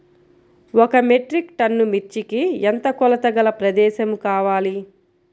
ఒక metric ton మిర్చికి ఎంత కొలతగల ప్రదేశము కావాలీ?